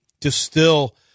distill